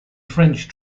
french